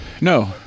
No